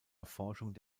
erforschung